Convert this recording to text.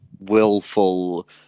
willful